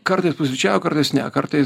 kartais pusryčiauju kartais ne kartą kartais